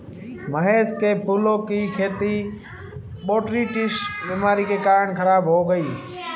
महेश के फूलों की खेती बोटरीटिस बीमारी के कारण खराब हो गई